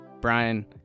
Brian